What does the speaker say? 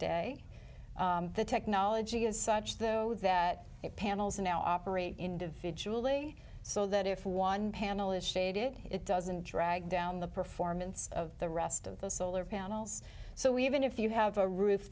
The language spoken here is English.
day the technology is such though that it panels now operate individually so that if one panel is shaded it doesn't drag down the performance of the rest of the solar panels so even if you have a roof